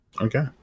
Okay